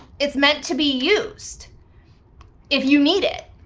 it's meant to be used if you need it.